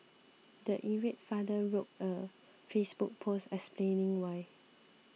the irate father wrote a Facebook post explaining why